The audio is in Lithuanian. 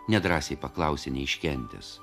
nedrąsiai paklausė neiškentęs